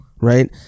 right